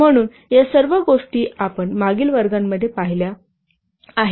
म्हणून या सर्व गोष्टी आपण मागील वर्गांमध्ये पाहिल्या आहेत